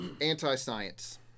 anti-science